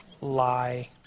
lie